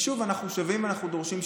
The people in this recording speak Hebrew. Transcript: שוב, אנחנו שבים ודורשים שוויון.